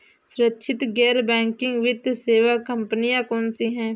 सुरक्षित गैर बैंकिंग वित्त सेवा कंपनियां कौनसी हैं?